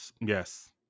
yes